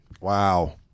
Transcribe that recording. Wow